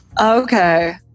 Okay